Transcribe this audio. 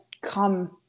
come